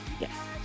Yes